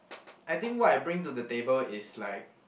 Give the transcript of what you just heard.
I think what I bring to the table is like